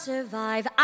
survive